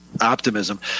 optimism